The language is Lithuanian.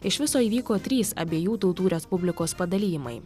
iš viso įvyko trys abiejų tautų respublikos padalijimai